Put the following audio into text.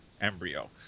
embryo